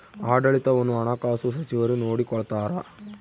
ಆಡಳಿತವನ್ನು ಹಣಕಾಸು ಸಚಿವರು ನೋಡಿಕೊಳ್ತಾರ